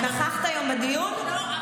את נכחת היום בדיון?